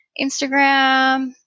Instagram